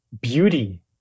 beauty